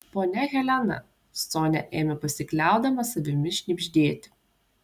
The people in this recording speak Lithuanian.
ponia helena sonia ėmė pasikliaudama savimi šnibždėti